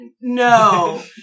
No